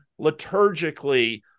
liturgically